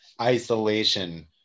isolation